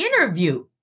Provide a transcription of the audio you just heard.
interview